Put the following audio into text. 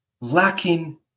lacking